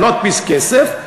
אני לא אדפיס כסף,